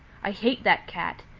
i hate that cat!